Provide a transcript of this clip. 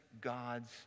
God's